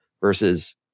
versus